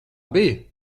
bija